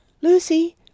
Lucy